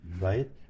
right